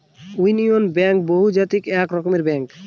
union bank বহুজাতিক এক রকমের ব্যাঙ্ক